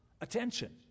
attention